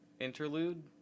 Interlude